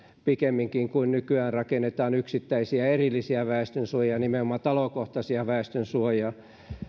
pikemminkin kuin nykyään rakennetaan yksittäisiä erillisiä väestönsuojia nimenomaan talokohtaisia väestönsuojia